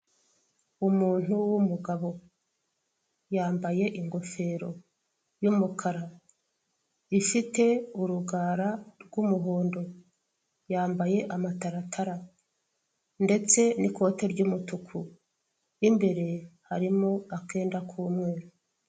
Umuntu w'umugabo yambaye ingofero y'umukara ifite urugara rw'umuhondo yambaye amataratara ndetse nikote ry'umutuku mo imbere harimo akenda k'umweru.